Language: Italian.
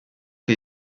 che